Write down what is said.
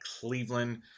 Cleveland